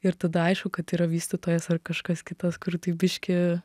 ir tada aišku kad yra vystytojas ar kažkas kitas kur tai biškį